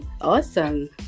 Awesome